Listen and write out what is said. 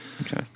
Okay